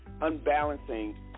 unbalancing